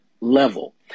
level